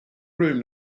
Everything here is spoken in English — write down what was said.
room